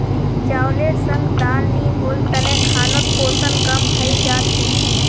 चावलेर संग दाल नी होल तने खानोत पोषण कम हई जा छेक